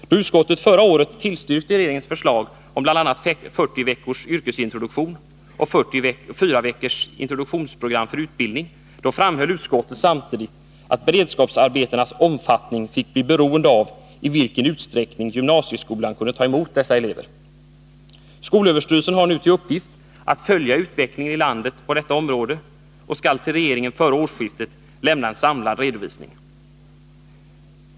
Då utskottet förra året tillstyrkte regeringens förslag om bl.a. 40 veckors yrkesintroduktion och 4 veckors introduktionsprogram för utbildning, framhöll utskottet samtidigt att beredskapsarbetenas omfattning fick bli beroende av i vilken utsträckning gymnasieskolan kunde ta emot dessa elever. Skolöverstyrelsen har nu till uppgift att följa utvecklingen i landet på detta område, och man skall före årsskiftet till regeringen lämna en samlad redovisning.